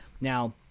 Now